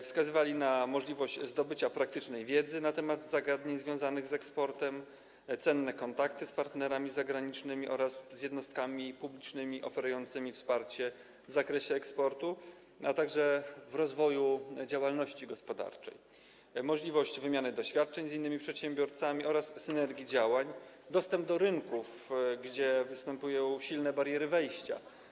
Wskazywali na możliwość zdobycia praktycznej wiedzy na temat zagadnień związanych z eksportem, cenne kontakty z partnerami zagranicznymi oraz z jednostkami publicznymi oferującymi wsparcie w zakresie eksportu, a także w rozwoju działalności gospodarczej, możliwość wymiany doświadczeń z innymi przedsiębiorcami oraz synergii działań, dostęp do rynków, gdzie występują silne bariery wejścia.